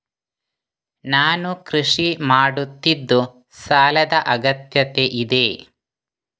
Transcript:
ನಾನು ಕೃಷಿ ಮಾಡುತ್ತಿದ್ದು ಸಾಲದ ಅಗತ್ಯತೆ ಇದೆ?